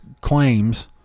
claims